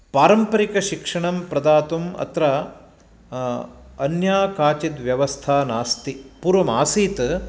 पारम्परिकशिक्षणं प्रदातुम् अत्र अन्या काचिद्व्यवस्था नास्ति पूर्वमासीत्